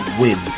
win